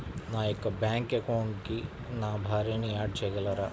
నా యొక్క బ్యాంక్ అకౌంట్కి నా భార్యని యాడ్ చేయగలరా?